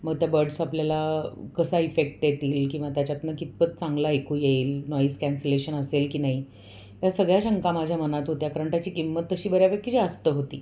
मग त्या बर्ड्स आपल्याला कसा इफेक्ट देतील किंवा त्याच्यातून कितपत चांगलं ऐकू येईल नॉईस कॅन्सलेशन असेल की नाही या सगळ्या शंका माझ्या मनात होत्या कारण त्याची किंमत तशी बऱ्यापैकी जास्त होती